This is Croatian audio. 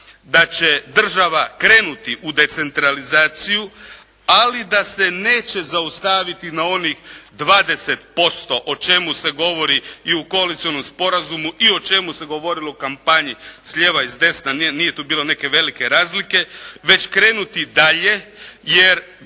da će država krenuti u decentralizaciju, ali da se neće zaustaviti na onih 20% o čemu se govori i u Koalicionom sporazumu i o čemu se govorilo u kampanji s lijeva i s desna. Nije tu bilo neke velike razlike već krenuti dalje, jer